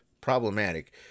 problematic